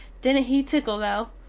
didnt he tickel though!